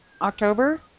October